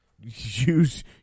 use